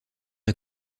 est